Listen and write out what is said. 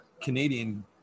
Canadian